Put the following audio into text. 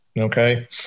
okay